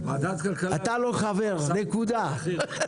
אתה לא חבר, נקודה.